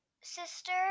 Sister